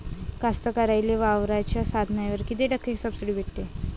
कास्तकाराइले वावराच्या साधनावर कीती टक्के सब्सिडी भेटते?